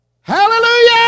Hallelujah